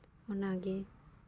ᱚᱱᱟᱜᱮ